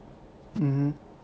mmhmm